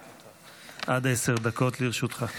בבקשה, עד עשר דקות לרשותך.